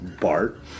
Bart